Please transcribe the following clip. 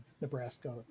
Nebraska